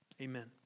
Amen